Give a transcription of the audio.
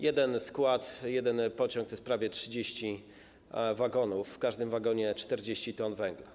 Jeden skład, jeden pociąg to prawie 30 wagonów, w każdym wagonie 40 t węgla.